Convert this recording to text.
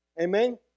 Amen